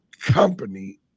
company